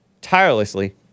tirelessly